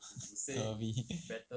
curvy